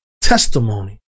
testimony